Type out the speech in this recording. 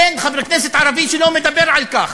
אין חבר כנסת ערבי שלא מדבר על כך,